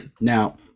now